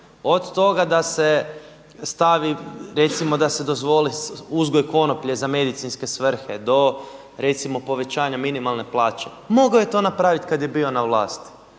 od toga da se stavi, recimo da se dozvoli uzgoj konoplje za medicinske svrhe do recimo povećanja minimalne plaće. Mogao je to napraviti kada je bio na vlasti.